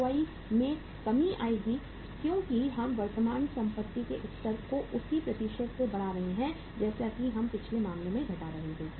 ROI में कमी आएगी क्योंकि हम वर्तमान संपत्ति के स्तर को उसी प्रतिशत से बढ़ा रहे हैं जैसा कि हम पिछले मामले में घटा रहे थे